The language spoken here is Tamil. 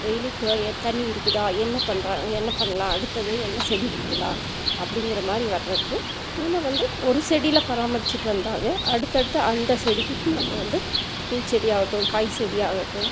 டெய்லி தண்ணி இருக்குதா என்ன பண்ணுறோம் என்ன பண்ணலாம் அடுத்தது என்ன செடி வைக்கலாம் அப்படிங்கிறமாரி வர்றக்கு நம்ம வந்து ஒரு செடியில பராமரிச்சிவிட்டு வந்தாவே அடுத்த அடுத்த அந்த செடிக்கும் நம்ம வந்து பூச்செடியாகட்டும் காய்ச்செடியாகட்டும்